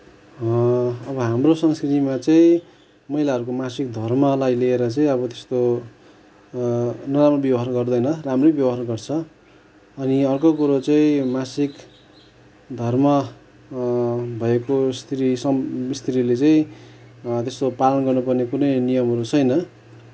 अब हाम्रो संस्कृतिमा चाहिँ महिलाहरूको मासिक धर्मलाई लिएर चाहिँ अब त्यस्तो नराम्रो व्यवहार गर्दैन राम्रै व्यवहार गर्छ अनि अर्को कुरो चाहिँ मासिक धर्म भएको स्त्री स्त्रीले चाहिँ त्यस्तो पालन गर्नुपर्ने कुनै नियमहरू छैन